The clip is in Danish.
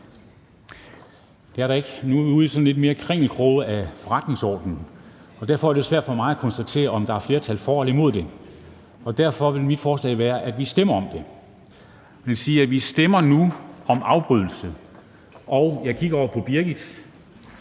Det er der ikke. Nu er vi sådan lidt mere ude i krinkelkrogene af forretningsordenen, og derfor er det svært for mig at konstatere, om der er flertal for eller imod det. Og derfor vil mit forslag være, at vi stemmer om det. Det vil sige, at vi nu stemmer om afbrydelse, og hvis man ønsker